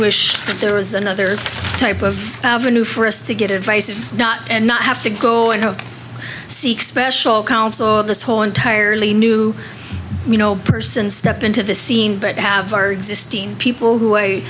wish there was another type of avenue for us to get advice if not and not have to go and seek special counsel this whole entirely new you know person step into the scene but have our existing people who